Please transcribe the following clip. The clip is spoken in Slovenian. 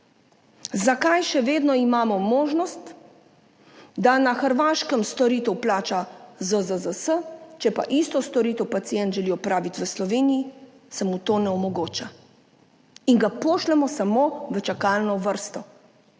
imamo še vedno možnost, da na Hrvaškem storitev plača ZZZS, če pa isto storitev pacient želi opraviti v Sloveniji, se mu to ne omogoča in ga pošljemo samo v čakalno vrsto.